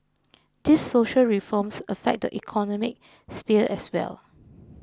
these social reforms affect the economic sphere as well